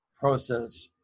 process